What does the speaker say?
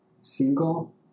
single